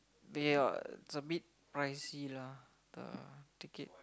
they are a bit pricey lah the ticket